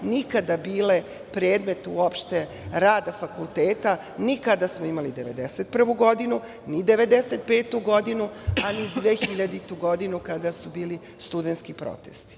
nikada bile predmet uopšte rada fakulteta, ni kada smo imali 1991. godinu, ni 1995. godinu, a ni 2000. godinu kada su bili studenski protesti.